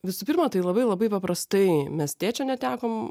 visų pirma tai labai labai paprastai mes tėčio netekom